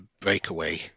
breakaway